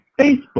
Facebook